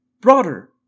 broader